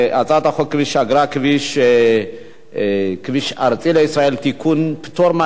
להצביע, יירשם בפרוטוקול שאתם תומכים בחוק.